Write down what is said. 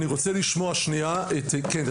אני רוצה לשמוע שנייה כן,